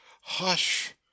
Hush